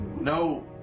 No